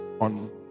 on